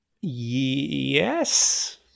Yes